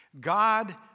God